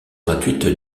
gratuite